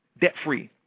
debt-free